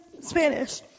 Spanish